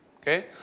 Okay